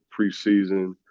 preseason